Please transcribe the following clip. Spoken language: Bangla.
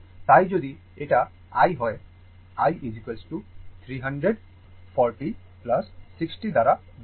তাই যদি এটা i হয় i 300 40 60 দ্বারা বিভক্ত